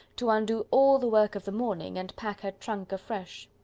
to undo all the work of the morning, and pack her trunk afresh.